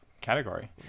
category